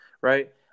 Right